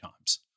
times